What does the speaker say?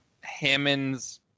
Hammond's